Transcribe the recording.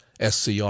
SCR